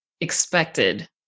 expected